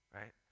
right